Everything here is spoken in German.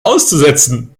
auszusetzen